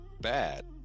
bad